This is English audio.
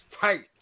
tight